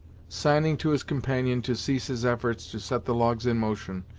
signing to his companion to cease his efforts to set the logs in motion,